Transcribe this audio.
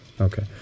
okay